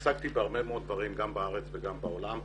עסקתי בהרבה מאוד דברים גם בארץ וגם בעולם.